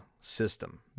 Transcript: system